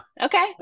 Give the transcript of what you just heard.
okay